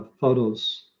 photos